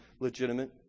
legitimate